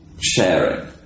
sharing